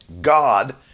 God